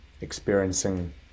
experiencing